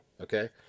Okay